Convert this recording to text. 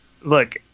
Look